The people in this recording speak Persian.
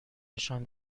نشان